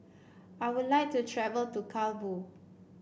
I would like to travel to Kabul